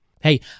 Hey